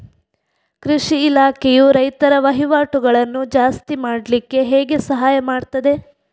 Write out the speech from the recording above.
ಕೃಷಿ ಇಲಾಖೆಯು ರೈತರ ವಹಿವಾಟುಗಳನ್ನು ಜಾಸ್ತಿ ಮಾಡ್ಲಿಕ್ಕೆ ಹೇಗೆ ಸಹಾಯ ಮಾಡ್ತದೆ?